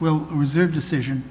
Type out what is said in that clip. will reserve decision